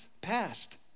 past